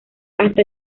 hasta